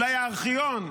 אולי הארכיון,